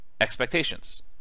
expectations